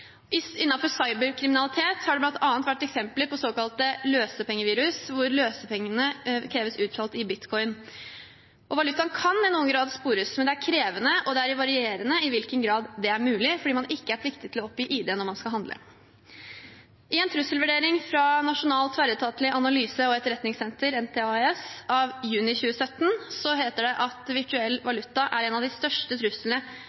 cyberkriminalitet har det bl.a. vært eksempler på såkalte løsepengevirus hvor løsepengene kreves utbetalt i bitcoin. Valutaen kan i noen grad spores, men det er krevende, og det er varierende i hvilken grad det er mulig fordi man ikke er pliktig til å oppgi ID når man skal handle. I en trusselvurdering fra Nasjonalt tverretatlig analyse- og etterretningssenter, NTAES, fra juni 2017 heter det at virtuell valuta er en av de største truslene